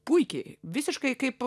puiki visiškai kaip